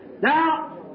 Now